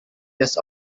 this